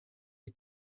iki